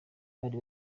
bari